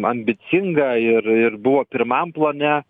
ambicinga ir ir buvo pirmam plane